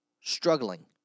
struggling